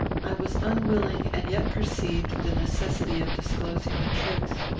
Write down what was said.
i was unwilling, and yet perceived the necessity of disclosing the truth.